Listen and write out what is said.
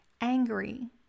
angry